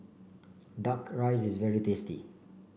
duck rice is very tasty